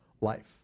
life